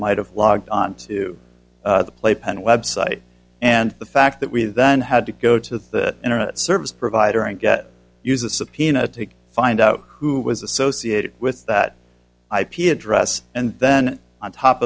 might have logged onto the playpen website and the fact that we then had to go to the internet service provider and get use a subpoena to find out who was associated with that ip address and then on top